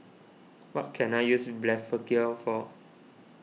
what can I use Blephagel for